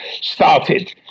started